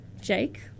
Jake